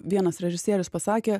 vienas režisierius pasakė